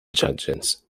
judges